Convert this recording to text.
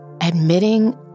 admitting